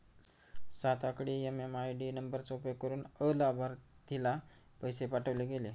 सात आकडी एम.एम.आय.डी नंबरचा उपयोग करुन अलाभार्थीला पैसे पाठवले गेले